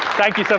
thank you